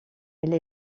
elle